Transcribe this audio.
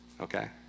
okay